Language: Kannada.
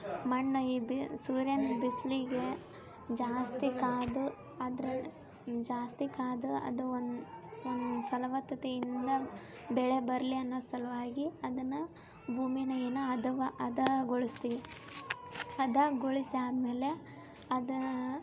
ಮಣ್ಣು ಈ ಬಿ ಸೂರ್ಯನ ಬಿಸಿಲಿಗೆ ಜಾಸ್ತಿ ಕಾದು ಅದ್ರಲ್ಲಿ ಜಾಸ್ತಿ ಕಾದು ಅದು ಒಂದು ಒಂದು ಫಲವತ್ತತೆಯಿಂದ ಬೆಳೆ ಬರಲಿ ಅನ್ನೋ ಸಲುವಾಗಿ ಅದನ್ನು ಭೂಮಿನಗಿನ ಹದವ ಹದಗೊಳಿಸ್ತೀವಿ ಹದಗೊಳಿಸಿ ಆದಮೇಲೆ ಹದ